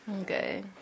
Okay